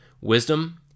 Wisdom